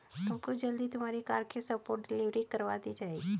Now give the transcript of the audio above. तुमको जल्द ही तुम्हारी कार की स्पॉट डिलीवरी करवा दी जाएगी